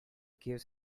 gives